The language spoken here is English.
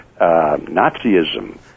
Nazism